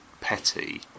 Petty